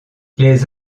les